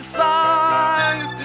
songs